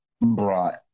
brought